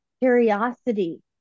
curiosity